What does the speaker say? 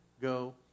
go